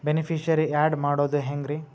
Beneficiary, add ಮಾಡೋದು ಹೆಂಗ್ರಿ?